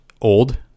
old